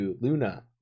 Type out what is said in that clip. luna